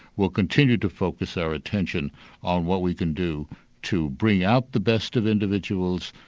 we'll continue to focus our attention on what we can do to bring out the best of individuals,